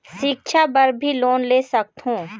सिक्छा बर भी लोन ले सकथों?